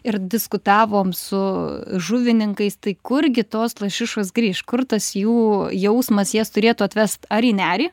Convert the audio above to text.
ir diskutavom su žuvininkais tai kurgi tos lašišos grįš kur tas jų jausmas jas turėtų atvest ar į nerį